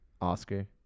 Oscar